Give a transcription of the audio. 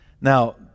Now